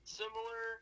similar